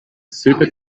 super